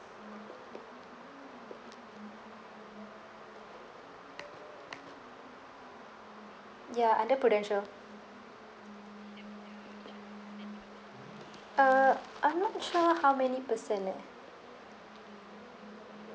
ya under Prudential uh I'm not sure how many percent leh